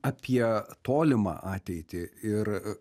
apie tolimą ateitį ir